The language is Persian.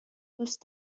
دوست